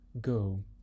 Go